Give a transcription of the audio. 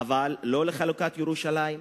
אבל לא לחלוקת ירושלים,